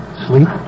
sleep